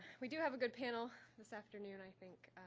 we do have a good panel this afternoon, i think,